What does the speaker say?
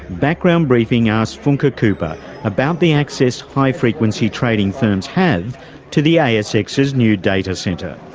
background briefing asked funke ah kupper about the access high-frequency trading firms have to the asx's new data centre.